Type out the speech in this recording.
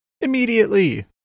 Immediately